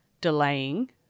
delaying